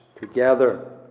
together